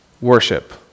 worship